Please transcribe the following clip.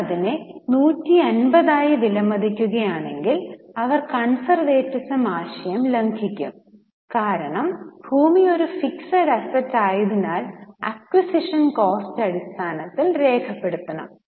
അവർ അതിനെ 150 ആയി വിലമതിക്കുകയാണെങ്കിൽ അവർ കൺസർവേറ്റിസം ആശയം ലംഘിക്കും കാരണം ഭൂമി ഒരു ഫിക്സഡ് അസറ്റ് ആയതിനാൽ അക്വിസിഷൻ കോസ്ററ് അടിസ്ഥാനത്തിൽ രേഖപ്പെടുത്തണം